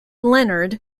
leonard